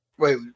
Wait